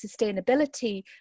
sustainability